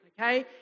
Okay